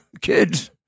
kids